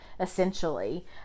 essentially